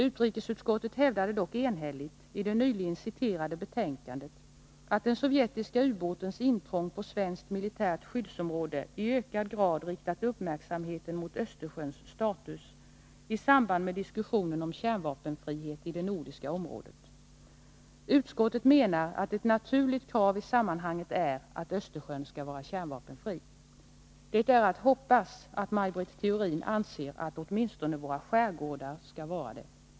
Utrikesutskottet hävdade dock enhälligt i det nyligen citerade betänkandet att den sovjetiska ubåtens intrång på svenskt militärt skyddsområde i ökad grad riktat uppmärksamheten mot Östersjöns status i samband med diskussionen om att det nordiska området skall vara fritt från kärnvapen. Utskottet menar att ett naturligt krav i sammanhanget är att Östersjön skall vara kärnvapenfri. Det är att hoppas att Maj Britt Theorin anser att åtminstone våra skärgårdar skall vara det.